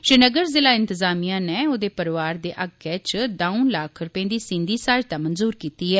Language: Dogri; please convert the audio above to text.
श्रीनगर जिला इंतजामिया नै ओहदे परोआरै दे हक्कै च दौं लक्ख रपे दी सींधी सहायता मंजूर कीती ऐ